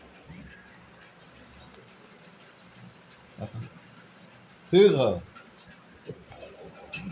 धान के फसल में तना छेदक, पत्ति लपेटक, धान फुदका अउरी गंधीबग कीड़ा लागेला